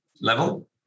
level